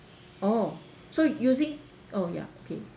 oh so using oh ya okay